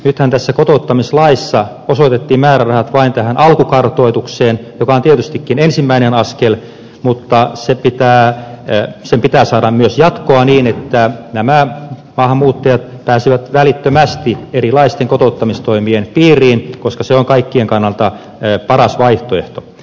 nythän tässä kotouttamislaissa osoitettiin määrärahat vain alkukartoitukseen joka on tietystikin ensimmäinen askel mutta sen pitää saada myös jatkoa niin että nämä maahanmuuttajat pääsevät välittömästi erilaisten kotouttamistoimien piiriin koska se on kaikkien kannalta paras vaihtoehto